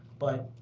but